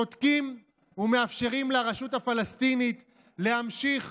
שותקים ומאפשרים לרשות הפלסטינית להמשיך